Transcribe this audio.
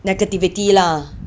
negativity lah